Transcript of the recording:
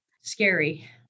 scary